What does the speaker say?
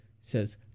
says